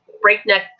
breakneck